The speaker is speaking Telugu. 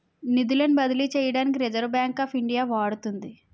నిధులను బదిలీ చేయడానికి రిజర్వ్ బ్యాంక్ ఆఫ్ ఇండియా వాడుతుంది